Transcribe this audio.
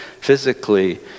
physically